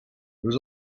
was